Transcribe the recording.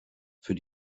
für